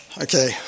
okay